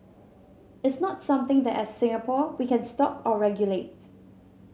it's not something that as Singapore we can stop or regulate